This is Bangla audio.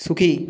সুখী